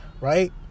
Right